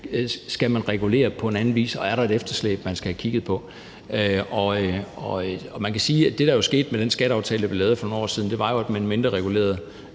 skal regulere på en anden vis, og om der er et efterslæb, man skal have kigget på. Man kan sige, at det, der jo skete med den skatteaftale, der blev lavet for nogle år siden, var, at man mindreregulerede